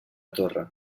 torre